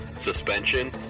suspension